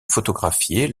photographier